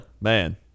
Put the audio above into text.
man